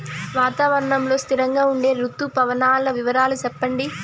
వాతావరణం లో స్థిరంగా ఉండే రుతు పవనాల వివరాలు చెప్పండి?